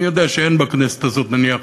אני יודע שאין בכנסת הזאת, נניח,